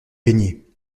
peigné